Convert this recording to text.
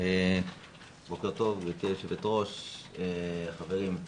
בוקר טוב גבירתי היו"ר, חברים.